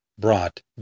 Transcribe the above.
brought